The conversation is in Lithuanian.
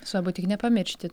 svarbu tik nepamiršti